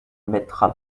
mettra